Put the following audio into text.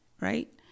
right